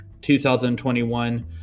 2021